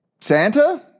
Santa